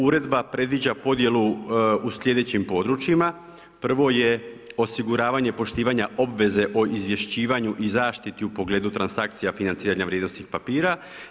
Uredba predviđa podjelu u sljedećim područjima, prvo je osiguravanje poštivanja obveze o izvješćivanju i zaštiti u pogledu transakcija financiranja vrijednosnih papira.